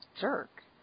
jerk